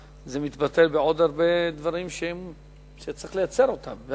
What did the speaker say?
זה מתבטא בעוד הרבה דברים שצריך לייצר אותם.